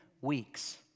weeks